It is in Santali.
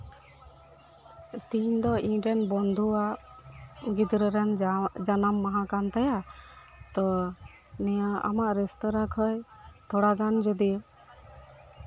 ᱛᱮᱦᱤᱧ ᱫᱚ ᱤᱧ ᱨᱮᱱ ᱵᱚᱱᱫᱷᱩᱣᱟᱜ ᱜᱤᱫᱽᱨᱟᱹ ᱨᱮᱱ ᱟᱜ ᱡᱟᱱᱟᱢ ᱢᱟᱦᱟ ᱠᱟᱱ ᱛᱟᱭᱟ ᱛᱚ ᱱᱤᱭᱟᱹ ᱟᱢᱟᱜ ᱨᱮᱥᱛᱳᱨᱟ ᱠᱷᱚᱱ ᱛᱷᱚᱲᱟ ᱜᱟᱱ ᱡᱩᱫᱤ